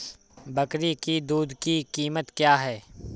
बकरी की दूध की कीमत क्या है?